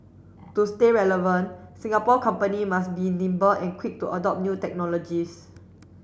to stay relevant Singapore company must be nimble and quick to adopt new technologies